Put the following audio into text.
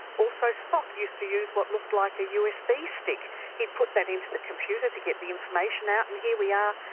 also spock used to use what looked like a usb stick he put that into the computer to get the information out and here we are,